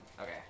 Okay